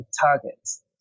targets